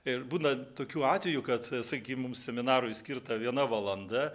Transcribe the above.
ir būna tokių atvejų kad sakykim mums seminarui skirta viena valanda